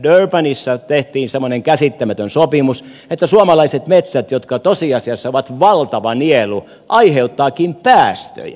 durbanissa tehtiin semmoinen käsittämätön sopimus että suomalaiset metsät jotka tosiasiassa ovat valtava nielu aiheuttavatkin päästöjä